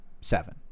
seven